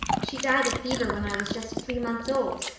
she died of fever when i was just three months old.